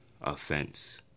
offense